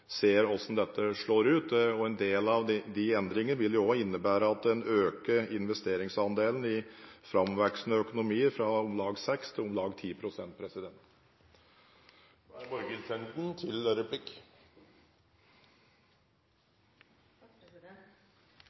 ser hvordan dette slår ut. En del av de endringene vil også innebære at en øker investeringsandelen i framvoksende økonomier fra om lag 6 til om lag